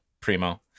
Primo